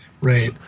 right